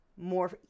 more